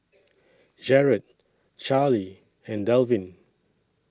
Jerod Charley and Delvin